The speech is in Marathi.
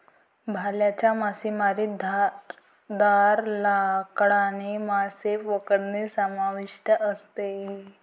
भाल्याच्या मासेमारीत धारदार लाकडाने मासे पकडणे समाविष्ट असते